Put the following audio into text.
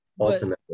ultimately